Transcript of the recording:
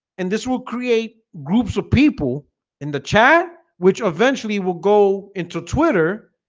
and this will create groups of people in the chat, which eventually will go into twitter